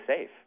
safe